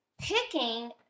picking